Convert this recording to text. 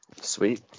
Sweet